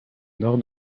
nord